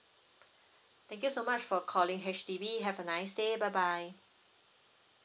thank you so much for calling H_D_B have a nice day bye bye